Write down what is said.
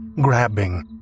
grabbing